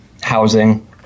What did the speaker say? housing